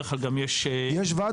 יש להם ועד